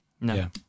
No